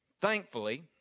Thankfully